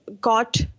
got